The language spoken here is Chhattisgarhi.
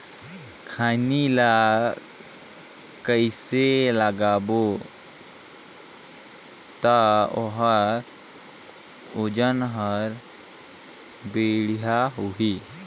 खैनी ला कइसे लगाबो ता ओहार वजन हर बेडिया होही?